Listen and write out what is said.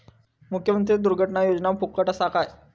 मुख्यमंत्री दुर्घटना योजना फुकट असा काय?